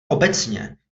obecně